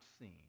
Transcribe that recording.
seen